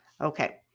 Okay